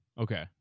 Okay